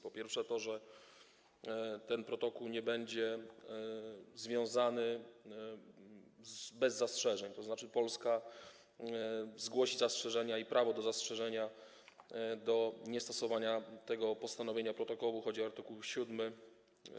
Po pierwsze to, że ten protokół nie będzie przyjęty bez zastrzeżeń, tzn. Polska zgłosi zastrzeżenia i prawo do zastrzeżenia, do niestosowania postanowienia protokołu, chodzi o art. 7.